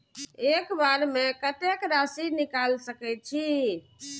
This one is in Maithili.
एक बार में कतेक राशि निकाल सकेछी?